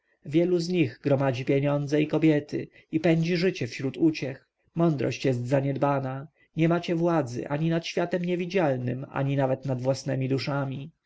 wielu z nich gromadzi pieniądze i kobiety i pędzi życie wśród uciech mądrość jest zaniedbana nie macie władzy ani nad światem niewidzialnym ani nawet nad własnemi duszami